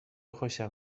خوشم